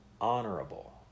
honorable